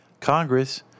Congress